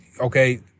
okay